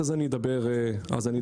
עוד שינוי,